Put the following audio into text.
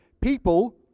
People